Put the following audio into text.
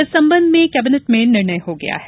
इस संबंध में केबिनेट में निर्णय हो गया है